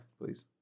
Please